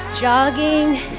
jogging